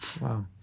Wow